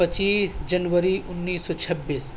پچیس جنوری انیس سو چھبس